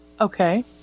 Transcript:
Okay